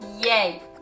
Yay